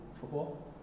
football